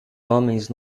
homens